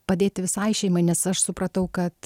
padėti visai šeimai nes aš supratau kad